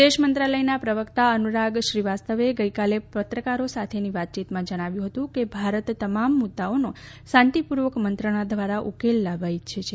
વિદેશ મંત્રાલયનાં પ્રવક્તા અનુરાગ શ્રી વાસ્તાવને ગઈકાલે પત્રકારો સાથેની વાતચીતમાં જણાવ્યું હતુ કે ભારત તમામ મુદ્દાઓનેઓ શાંતિપૂર્વક મત્રણા દ્રારા ઉકેલ લાવવામાં ઈચ્છે છે